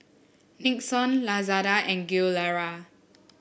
Nixon Lazada and Gilera